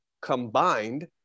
combined